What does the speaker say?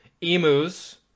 emus